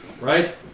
Right